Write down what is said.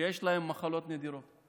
שיש להם מחלות נדירות.